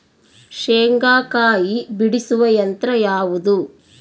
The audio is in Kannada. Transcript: ಶೇಂಗಾಕಾಯಿ ಬಿಡಿಸುವ ಯಂತ್ರ ಯಾವುದು?